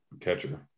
catcher